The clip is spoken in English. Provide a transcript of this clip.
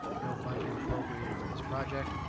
no funds were appropriated for this project.